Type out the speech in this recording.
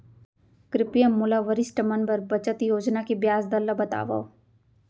कृपया मोला वरिष्ठ मन बर बचत योजना के ब्याज दर ला बतावव